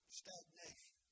stagnation